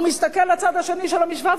הוא מסתכל לצד השני של המשוואה,